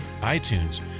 iTunes